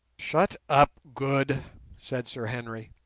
shut up, good said sir henry.